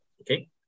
Okay